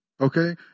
Okay